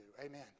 Amen